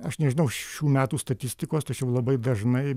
aš nežinau šių metų statistikos tačiau labai dažnai